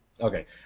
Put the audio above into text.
Okay